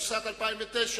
התשס"ט 2009,